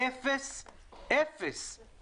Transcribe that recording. כל מערך ההיסעים נמצא היום במצב מאוד מאוד מאוד בעייתי.